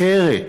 אחרת.